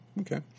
Okay